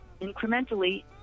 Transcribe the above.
incrementally